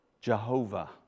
Jehovah